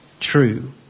true